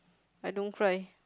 I don't cry